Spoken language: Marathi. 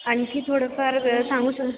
आणखी थोडंफार सांगू श